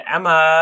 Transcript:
Emma